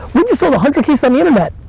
we just sold a hundred cases on the internet.